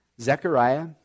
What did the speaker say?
Zechariah